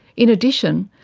in addition,